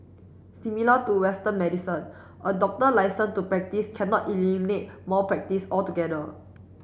similar to western medicine a doctor licence to practise cannot eliminate malpractice altogether